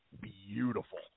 beautiful